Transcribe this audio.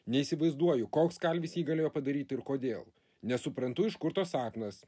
neįsivaizduoju koks kalvis jį galėjo padaryti ir kodėl nesuprantu iš kur tas sapnas